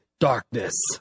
darkness